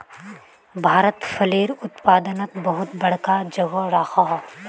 भारत फलेर उत्पादनोत बहुत बड़का जोगोह राखोह